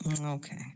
Okay